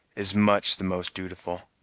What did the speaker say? is much the most dutiful.